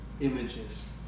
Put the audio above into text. images